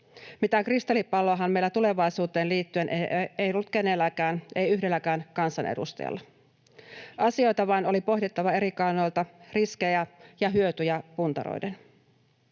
Mitään kristallipalloahan meillä tulevaisuuteen liittyen ei ollut kenelläkään, ei yhdelläkään kansanedustajalla. Asioita vain oli pohdittava eri kannoilta riskejä ja hyötyjä puntaroiden.